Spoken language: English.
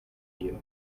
you